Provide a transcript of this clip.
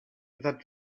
that